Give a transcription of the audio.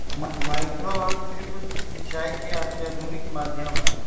micro और drip सिंचाई के आधुनिक माध्यम हई